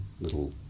little